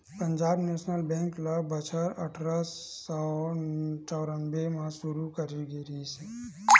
Punjab national bank ल बछर अठरा सौ चौरनबे म सुरू करे गे रिहिस हे